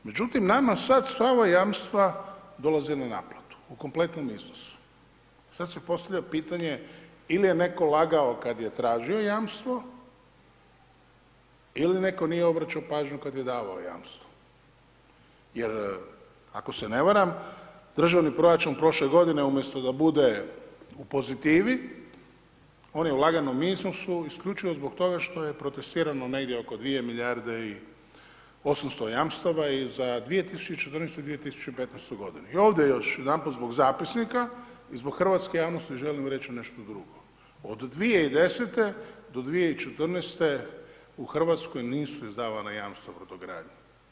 Međutim, nama sad sva ova jamstva dolaze na naplatu u kompletnom iznosu, sad se postavlja pitanje il je netko lagao kad je tražio jamstvo ili netko nije obraćao pažnju kad je davao jamstvo, jer, ako se ne varam, državni proračun prošle godine umjesto da bude u pozitivi, on je u laganom minusu isključivo zbog toga što je protestirano negdje oko 2 milijarde i 800 jamstava i za 2014. i 2015.g. I ovdje još jedanput zbog zapisnika i zbog hrvatske javnosti želim reći nešto drugo, od 2010. do 2014. u RH nisu izdavana jamstva brodogradnji.